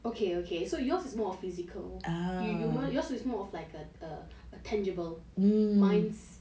okay okay so yours is more of physical yours is more of like a err a tangible mine is